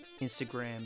Instagram